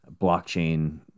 blockchain